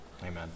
amen